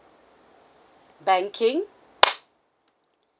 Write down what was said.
banking